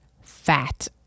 fat